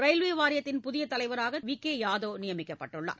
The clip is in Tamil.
ரயில்வே வாரியத்தின் புதிய தலைவராக திரு வி கே யாதவ் நியமிக்கப்பட்டுள்ளார்